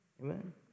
Amen